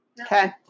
okay